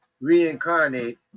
reincarnate